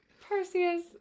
Perseus